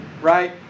right